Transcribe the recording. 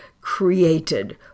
created